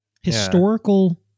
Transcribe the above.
Historical